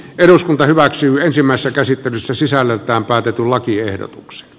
eduskunta hyväksyy ensimmäistä käsittelyssä sisällöltään päätetulakiehdotuks